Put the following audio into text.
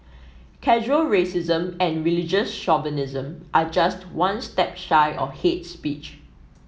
casual racism and religious chauvinism are just one step shy of hate speech